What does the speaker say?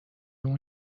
اون